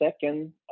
second